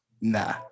nah